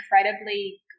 incredibly